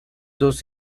dos